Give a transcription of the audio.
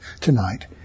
tonight